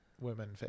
Women